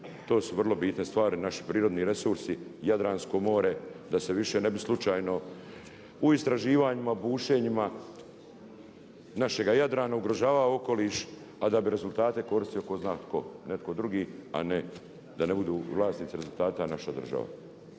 To su vrlo bitne stvari, naši prirodni resursi Jadransko more, da se više ne bi slučajno u istraživanjima, bušenjima našega Jadrana ugrožavao okoliš, a da bi rezultate koristio tko zna tko, netko drugi a ne da ne budu vlasnici rezultata naša država.